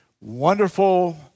wonderful